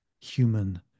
human